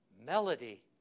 Melody